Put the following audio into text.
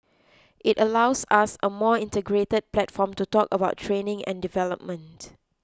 it allows us a more integrated platform to talk about training and development